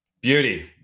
Beauty